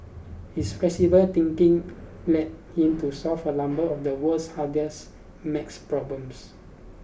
his flexible thinking led him to solve a number of the world's hardest maths problems